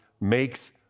makes